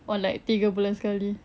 or like tiga bulan sekali